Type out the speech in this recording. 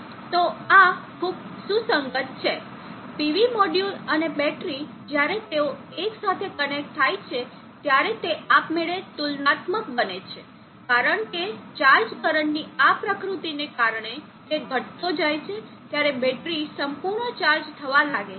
તો આ ખૂબ સુસંગત છે PV મોડ્યુલ અને બેટરી જ્યારે તેઓ એક સાથે કનેક્ટ થાય છે ત્યારે તે આપમેળે તુલનાત્મક બને છે કારણ કે ચાર્જ કરંટની આ પ્રકૃતિને કારણે તે ઘટતો જાય છે ત્યારે બેટરી સંપૂર્ણ ચાર્જ થવા લાગે છે